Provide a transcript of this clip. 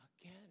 Again